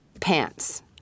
pants